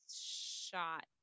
shot